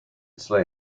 slay